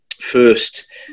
first